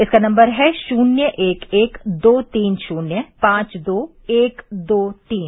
इसका नंबर है शून्य एक एक दो तीन शून्य पांच दो एक दो तीन